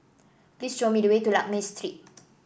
please show me the way to Lakme Street